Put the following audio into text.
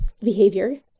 behavior